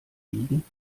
wiegen